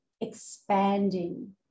expanding